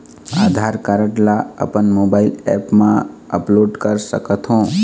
आधार card ला अपन mobile app मा अपलोड कर सकथों?